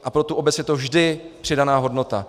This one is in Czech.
A pro tu obec je to vždy přidaná hodnota.